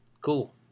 Cool